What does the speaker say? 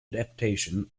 adaptation